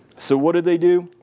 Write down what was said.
so what did they do?